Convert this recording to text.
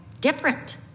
different